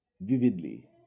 vividly